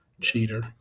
Cheater